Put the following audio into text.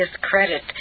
discredit